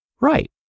Right